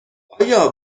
آیا